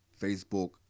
Facebook